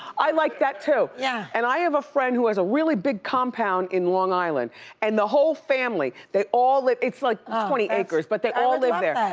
i like that too. yeah and i have a friend who has a really big compound in long island and the whole family, they all it's like twenty acres, but they all live there.